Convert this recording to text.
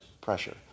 pressure